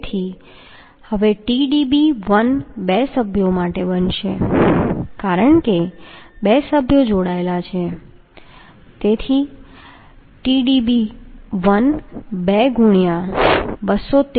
હવે તેથી Tdb1 બે સભ્યો માટે બનશે કારણ કે બે સભ્યો જોડાયેલા છે તેથી Tdb1 2 ગુણ્યાં 213